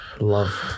Love